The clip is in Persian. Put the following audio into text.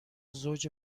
زوج